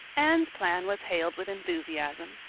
anne's plan was hailed with enthusiasm.